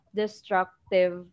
destructive